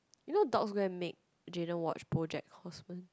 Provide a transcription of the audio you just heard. you know dorcas go and make Jayden watch BoJack-Horseman